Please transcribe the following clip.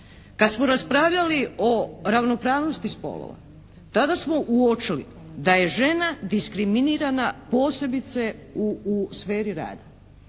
Kad smo raspravljali o ravnopravnosti spolova, tada smo uočili da je žena diskriminirana posebice u sferi rada,